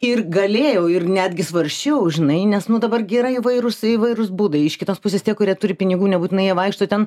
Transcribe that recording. ir galėjau ir netgi svarsčiau žinai nes nu dabar gi yra įvairūs įvairūs būdai iš kitos pusės tie kurie turi pinigų nebūtinai jie vaikšto ten